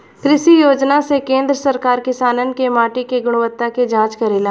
कृषि योजना से केंद्र सरकार किसानन के माटी के गुणवत्ता के जाँच करेला